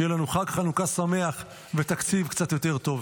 שיהיה לנו חג חנוכה שמח ותקציב קצת יותר טוב.